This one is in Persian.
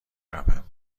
روم